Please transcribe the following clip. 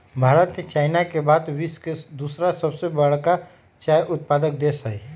Bharat China के बाद विश्व में दूसरा सबसे बड़का चाय उत्पादक देश हई